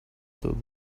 through